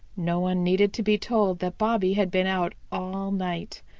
no one needed to be told that bobby had been out all night.